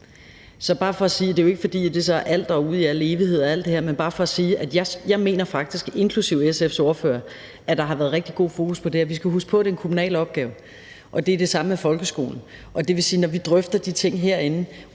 Så det er jo ikke, fordi det så er alt derude i al evighed og alt det her, men det er bare for at sige, at jeg faktisk mener, inklusive SF's ordfører, at der har været rigtig god fokus på det he. Vi skal huske på, at det er en kommunal opgave, og det er det samme med folkeskolen. Det vil sige, at det, når vi drøfter de ting herinde